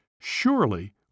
Surely